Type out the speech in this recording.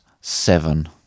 Seven